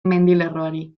mendilerroari